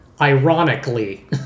ironically